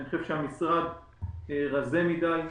אני חושב שהמשרד רזה מדי,